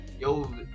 Yo